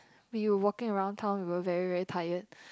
we were walking around town we were very very tired